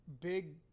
big